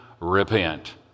repent